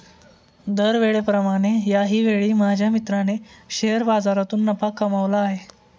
दरवेळेप्रमाणे याही वेळी माझ्या मित्राने शेअर बाजारातून नफा कमावला आहे